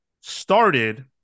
started